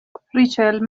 ریچل